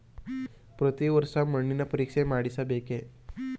ಪ್ರತಿ ವರ್ಷ ಮಣ್ಣಿನ ಪರೀಕ್ಷೆ ಮಾಡಿಸಬೇಕೇ?